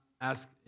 ask